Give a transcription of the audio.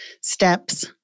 steps